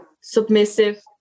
submissive